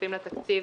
הכספים לתקציב.